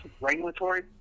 regulatory